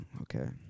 Okay